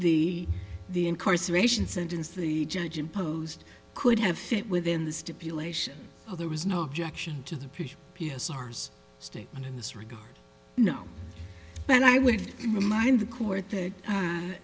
the the incarceration sentence the judge imposed could have fit within the stipulation of there was no objection to the pre sars statement in this regard no but i would remind the court that